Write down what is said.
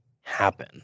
happen